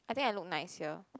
I think I look nice here